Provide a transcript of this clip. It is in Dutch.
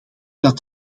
dat